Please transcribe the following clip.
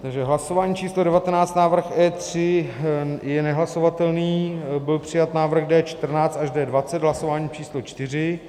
Takže hlasování číslo devatenáct, návrh E3 je nehlasovatelný, byl přijat návrh D14 až D20 v hlasování číslo čtyři.